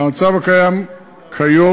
במצב הקיים כיום,